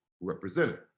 represented